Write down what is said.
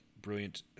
brilliant